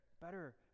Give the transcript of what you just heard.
better